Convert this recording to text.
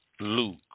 Luke